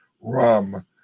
rum